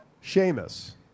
Sheamus